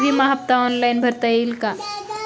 विमा हफ्ता ऑनलाईन भरता येईल का?